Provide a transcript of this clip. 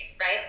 right